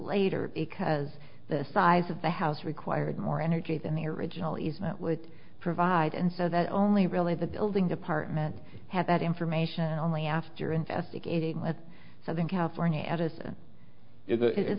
later because the size of the house required more energy than the original is that would provide and so that only really the building department had that information only after investigating with southern california